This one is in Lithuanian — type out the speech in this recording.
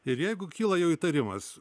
ir jeigu kyla jau įtarimas